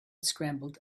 scrambled